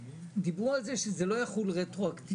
דיברו על זה שזה לא יחול רטרואקטבי.